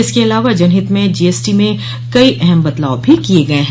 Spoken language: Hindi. इसके अलावा जनहित में जीएसटी में कई अहम बदलाव भी किये गये हैं